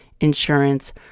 insurance